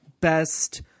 best